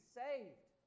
saved